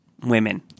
women